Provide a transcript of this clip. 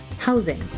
housing